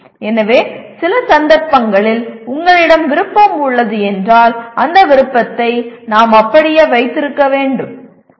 எனவே சில சந்தர்ப்பங்களில் உங்களிடம் விருப்பம் உள்ளது என்றால் அந்த விருப்பத்தை நாம் அப்படியே வைத்திருக்க வேண்டியிருக்கும்